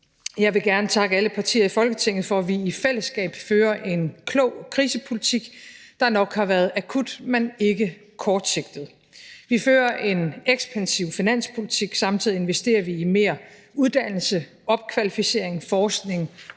Jeg vil gerne takke alle partier i Folketinget for, at vi i fællesskab fører en klog krisepolitik, der nok har været akut, men ikke kortsigtet. Vi fører en ekspansiv finanspolitik. Samtidig investerer vi i mere uddannelse, opkvalificering, forskning